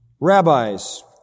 rabbis